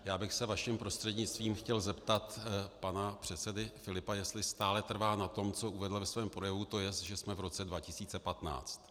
Já bych se vaším prostřednictvím chtěl zeptat pana předsedy Filipa, jestli stále trvá na tom, co uvedl ve svém projevu, tj. že jsme v roce 2015.